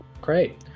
Great